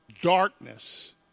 Darkness